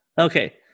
Okay